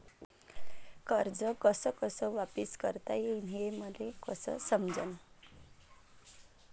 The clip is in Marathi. कर्ज कस कस वापिस करता येईन, हे मले कस समजनं?